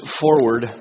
forward